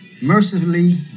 mercifully